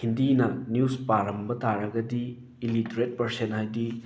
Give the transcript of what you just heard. ꯍꯤꯟꯗꯤꯅ news ꯄꯥꯔꯝꯕ ꯇꯥꯔꯒꯗꯤ illiterate person ꯍꯥꯏꯗꯤ